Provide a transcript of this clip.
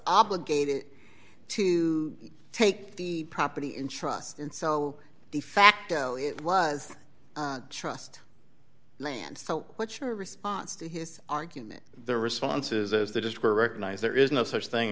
obligated to take the property in trust and so de facto it was trust land so what's your response to his argument the responses as they just were recognize there is no such thing